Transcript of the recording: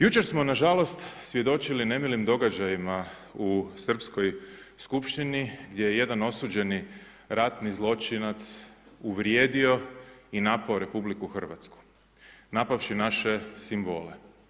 Jučer smo na žalost svjedočili nemilim događajima u srpskoj Skupštini, gdje je jedan osuđeni ratni zločinac uvrijedio i napao Republiku Hrvatsku napavši naše simbole.